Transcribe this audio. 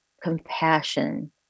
compassion